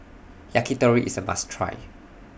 Yakitori IS A must Try